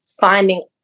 finding